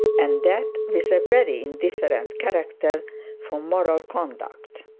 and that with a very indifferent character for moral conduct!